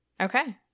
Okay